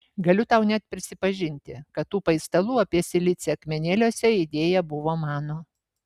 galiu tau net prisipažinti kad tų paistalų apie silicį akmenėliuose idėja buvo mano